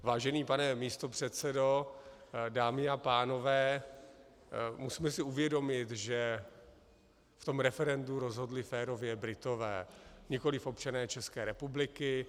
Vážený pane místopředsedo, dámy a pánové, musíme si uvědomit, že v tom referendu rozhodli férově Britové, nikoliv občané České republiky.